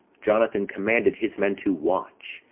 jonathan commanded his men to watch,